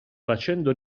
facendo